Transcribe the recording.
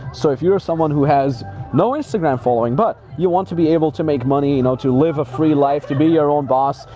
so if you're someone who has no instagram following, but you want to be able to make money you know, to live a free life, to be your own boss,